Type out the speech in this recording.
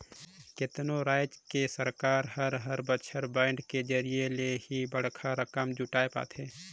केतनो राज के सरकार हर हर बछर बांड के जरिया ले ही बड़खा रकम जुटाय पाथे